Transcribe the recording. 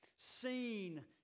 seen